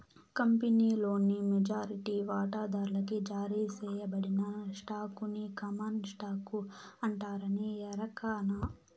కంపినీలోని మెజారిటీ వాటాదార్లకి జారీ సేయబడిన స్టాకుని కామన్ స్టాకు అంటారని ఎరకనా